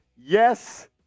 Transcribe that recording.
Yes